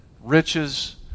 riches